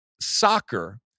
soccer